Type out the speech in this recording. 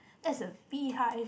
that's a beehive